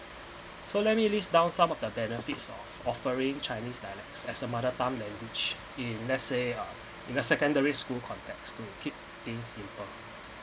so let me list down some of the benefits of offering chinese dialects as a mother tongue language in let's say uh in the secondary school context to kids think simple